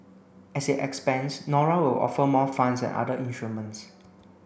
as it expands Nora will offer more funds and other instruments